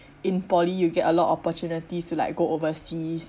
in poly you get a lot opportunities to like go overseas